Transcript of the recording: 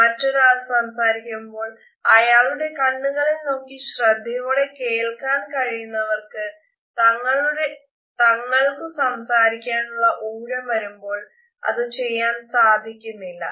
മറ്റൊരാൾ സംസാരിക്കുമ്പോൾ അയാളുടെ കണ്ണുകളിൽ നോക്കി ശ്രദ്ധയോടെ കേൾക്കാൻ കഴിയുന്നവർക്ക് തങ്ങൾക്കു സംസാരിക്കാനുള്ള ഊഴം വരുമ്പോൾ അത് ചെയ്യാൻ കഴിയുന്നില്ല